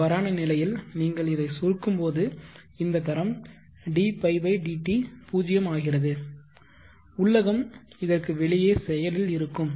அவ்வாறான நிலையில் நீங்கள் இதைச் சுருக்கும்போது இந்த கரம் dϕ dt 0 ஆகிறது உள்ளகம் இதற்கு வெளியே செயலில் இருக்கும்